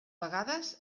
vegades